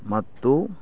ಮತ್ತು